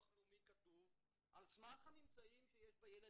לאומי כתוב: על סמך הממצאים שיש בילד,